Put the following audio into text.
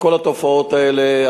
כל התופעות האלה,